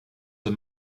the